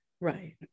right